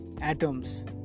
atoms